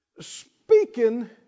Speaking